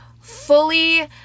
fully